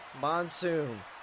Monsoon